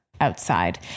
outside